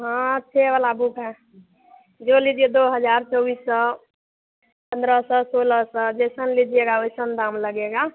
हाँ छः वाला बुक है जो लीजिए दो हजार चौबीस सौ पन्द्रह सौ सोलह सौ जैसन लीजिएगा वैसन दाम लगेगा